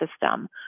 system